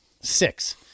Six